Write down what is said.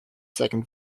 second